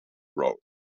road